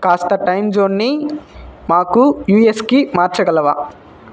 కాస్త టైం జోన్ని మాకు యుఎస్కి మార్చగలవా